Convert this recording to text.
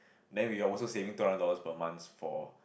then we are also saving two hundred dollars per month for